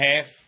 half